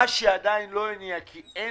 מה שעדיין לא הניע, כי אין